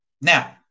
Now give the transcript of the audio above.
Now